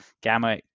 gamma